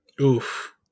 Oof